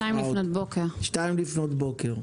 2:00 לפנות בוקר.